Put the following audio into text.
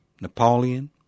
Napoleon